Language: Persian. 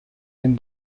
این